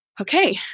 okay